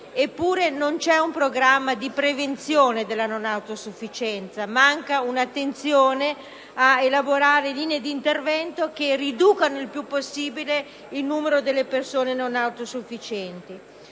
Eppure non c'è un programma di prevenzione della non autosufficienza, manca un'attenzione ad elaborare linee di intervento che riducano il più possibile il numero delle persone non autosufficienti.